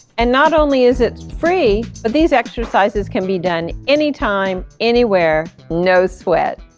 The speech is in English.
and not only is it free, but these exercises can be done anytime, anywhere, no sweat!